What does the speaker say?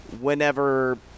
whenever